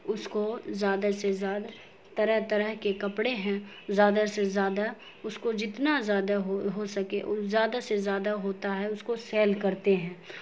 اس کو زیادہ سے زیادہ طرح طرح کے کپڑے ہیں زیادہ سے زیادہ اس کو جتنا زیادہ ہو سکے زیادہ سے زیادہ ہوتا ہے اس کو سیل کرتے ہیں